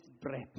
breath